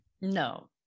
No